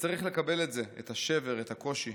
וצריך לקבל את זה, את השבר, את הקושי.